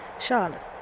Charlotte